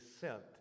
sent